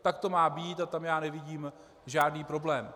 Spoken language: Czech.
Tak to má být a tam já nevidím žádný problém.